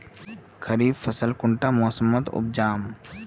खरीफ फसल कुंडा मोसमोत उपजाम?